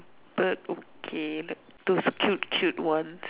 bird okay like those cute cute ones